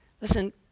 Listen